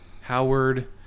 Howard